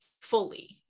fully